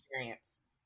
experience